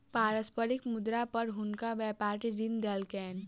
पारस्परिक मुद्रा पर हुनका व्यापारी ऋण देलकैन